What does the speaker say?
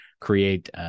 create